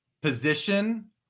position